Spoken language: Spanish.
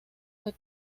fue